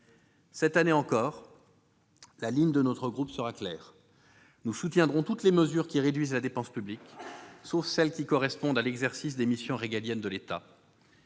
Cette année encore, la ligne de mon groupe sera claire : nous soutiendrons toutes les mesures qui réduisent la dépense publique, sauf celles qui visent l'exercice des missions régaliennes de l'État,